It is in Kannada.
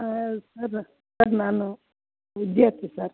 ಹಾಂ ಸರ್ ಸರ್ ನಾನು ವಿದ್ಯಾರ್ಥಿ ಸರ್